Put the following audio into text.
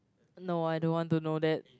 no I don't want to know that